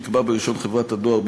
נקבע ברישיון חברת הדואר,